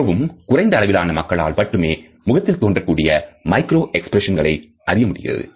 மிகவும் குறைந்த அளவிலான மக்களால் மட்டுமே முகத்தில் தோன்றக்கூடிய மைக்ரோ எக்ஸ்பிரஷன்ஸ்களை அறியமுடிகிறது